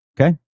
Okay